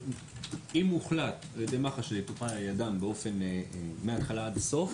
אם הוחלט על ידי מח"ש שזה יטופל על ידם מהתחלה עד הסוף,